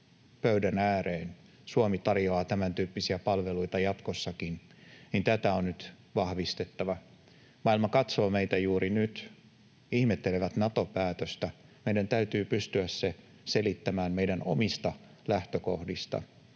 pöydän ääreen. Sitä, että Suomi tarjoaa tämäntyyppisiä palveluita jatkossakin, on nyt vahvistettava. Maailma katsoo meitä juuri nyt, ihmettelevät Nato-päätöstä. Meidän täytyy pystyä se selittämään meidän omista lähtökohdistamme